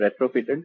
retrofitted